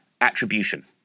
attribution